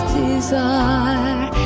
desire